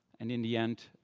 and in the end,